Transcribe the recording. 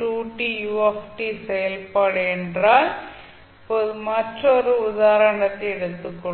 2t u செயல்பாடு என்றால் இப்போது மற்றொரு உதாரணத்தை எடுத்துக் கொள்வோம்